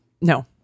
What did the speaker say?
No